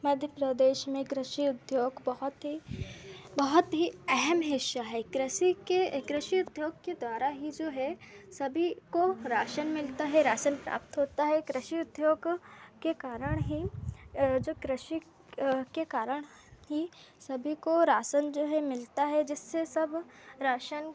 मध्य प्रदेश में कृषि उद्योग बहुत ही बहुत ही अहम हिस्सा है कृषि के कृषि उद्योग के द्वारा ही जो है सभी को राशन मिलता है रासन प्राप्त होता है कृषि उद्योग के कारण ही जो कृषि के कारण ही सभी को रासन जो है मिलता है जिससे सब राशन